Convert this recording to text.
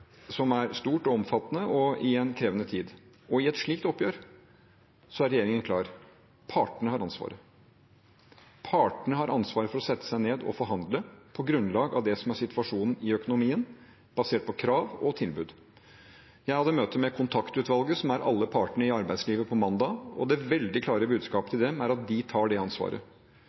som er stort og omfattende, og i en krevende tid, og i et slikt oppgjør er regjeringen klar: Partene har ansvaret. Partene har ansvaret for å sette seg ned og forhandle på grunnlag av det som er situasjonen i økonomien, basert på krav og tilbud. Jeg hadde møte med kontaktutvalget, som er alle partene i arbeidslivet, på mandag, og det veldig klare budskapet til dem er at de tar det ansvaret. De tar det ansvaret,